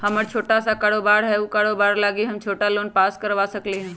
हमर छोटा सा कारोबार है उ कारोबार लागी हम छोटा लोन पास करवा सकली ह?